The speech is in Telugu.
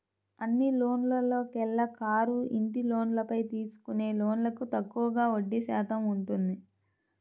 అన్ని లోన్లలోకెల్లా కారు, ఇంటి లోన్లపై తీసుకునే లోన్లకు తక్కువగా వడ్డీ శాతం ఉంటుంది